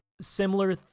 similar